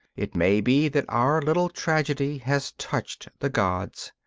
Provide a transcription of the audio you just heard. it may be that our little tragedy has touched the gods,